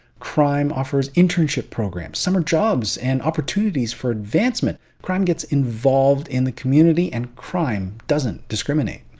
crime offers internship programs, summer jobs, and opportunities for advancement. crime gets involved in the community and crime doesn't discriminate.